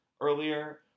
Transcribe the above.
earlier